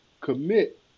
commit